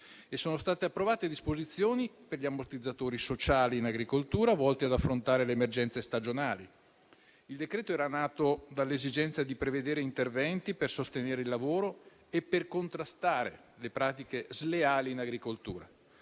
E sono state approvate disposizioni per gli ammortizzatori sociali in agricoltura volti ad affrontare le emergenze stagionali. Il decreto-legge era nato dall'esigenza di prevedere interventi per sostenere il lavoro e contrastare pratiche sleali in agricoltura.